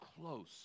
close